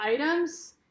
items